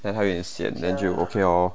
then 她有点 sian then 就 okay lor